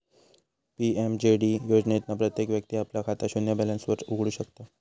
PMJD योजनेतना प्रत्येक व्यक्ती आपला खाता शून्य बॅलेंस वर उघडु शकता